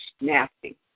nasty